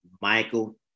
Michael